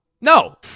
no